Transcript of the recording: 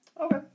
Okay